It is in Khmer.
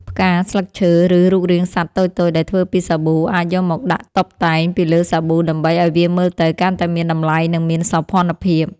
ផ្កា ស្លឹកឈើ ឬរូបរាងសត្វតូចៗដែលធ្វើពីសាប៊ូ អាចយកមកដាក់តុបតែងពីលើសាប៊ូដើម្បីឱ្យវាមើលទៅកាន់តែមានតម្លៃ និងមានសោភ័ណភាព។